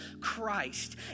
Christ